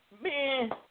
Man